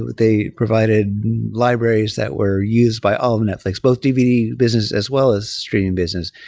they provided libraries that were used by all of netflix, both dvd business as well as streaming business.